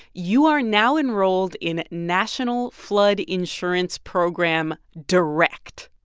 you are now enrolled in national flood insurance program direct